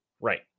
Right